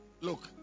look